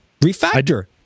Refactor